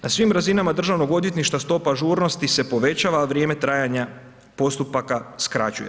Na svim razinama Državnog odvjetništva stopa ažurnosti se povećava a vrijeme trajanja postupaka skraćuje.